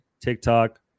TikTok